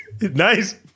Nice